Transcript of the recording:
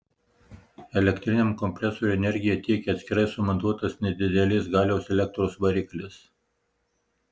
elektriniam kompresoriui energiją tiekia atskirai sumontuotas nedidelės galios elektros variklis